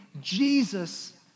Jesus